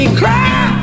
cry